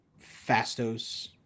Fastos